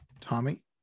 Tommy